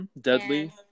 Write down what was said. Deadly